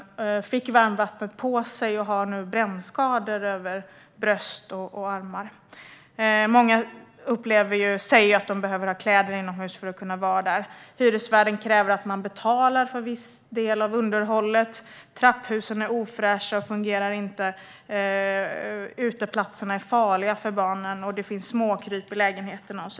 Hon fick varmvattnet på sig och har nu brännskador på bröst och armar. Många säger att de behöver ha kläder på sig inomhus för att kunna vara där. Hyresvärden kräver att de betalar för en viss del av underhållet. Trapphusen är ofräscha och fungerar inte. Uteplatserna är farliga för barnen. Och det finns småkryp i lägenheterna.